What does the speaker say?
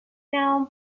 down